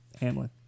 Hamlin